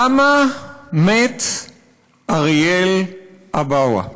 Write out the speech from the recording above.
למה מת אריאל אבאווה?